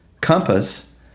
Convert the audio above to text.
compass